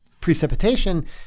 precipitation